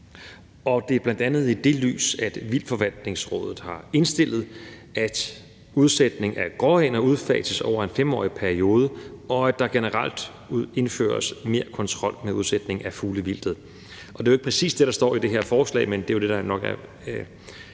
og det er bl.a. i det lys, at Vildtforvaltningsrådet har indstillet, at udsætningen af gråænder udfases over en 5-årig periode, og at der generelt indføres mere kontrol med udsætningen af fuglevildtet, og vi har jo endnu ikke hørt motivationen fra forslagsstillerne, men jeg